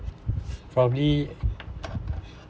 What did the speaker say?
probably